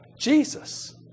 Jesus